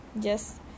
Yes